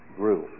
grew